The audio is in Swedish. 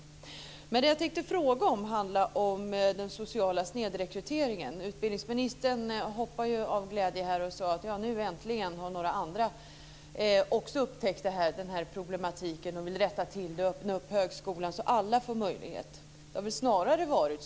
Men det som jag tänkte fråga om handlar om den sociala snedrekryteringen. Utbildningsministern hoppade ju av glädje och sade att några andra äntligen också hade upptäckt denna problematik och vill rätta till den och öppna upp högskolan så att alla får möjlighet att studera där.